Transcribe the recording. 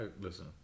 Listen